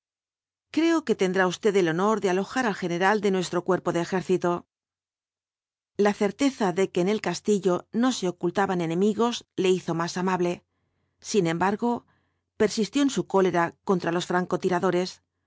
creo que tendrá usted el honor de alojar al general de nuestro cuerpo de ejército la certeza de que en el castillo no se ocultaban enemigos le hizo más amable sin embargo persistió en su cólera contra los